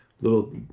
little